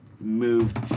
moved